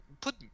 put